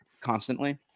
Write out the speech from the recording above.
constantly